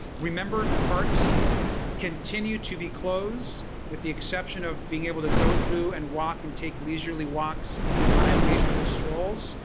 remember parks continue to be closed with the exception of being able to go through and walk and take leisurely walks and leisurely strolls.